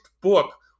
book